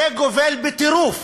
זה גובל בטירוף.